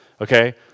Okay